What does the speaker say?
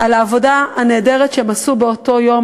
על העבודה הנהדרת שהם עשו באותו יום,